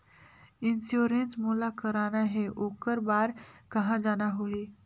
Insurance मोला कराना हे ओकर बार कहा जाना होही?